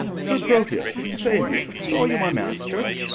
sir proteus, save you! saw you my master?